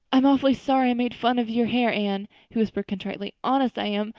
i'm awfully sorry i made fun of your hair, anne, he whispered contritely. honest i am.